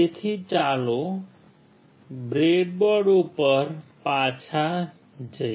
તેથી ચાલો બ્રેડબોર્ડ ઉપર પાછા જઈએ